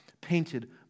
painted